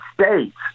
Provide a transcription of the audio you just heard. states